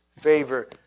favor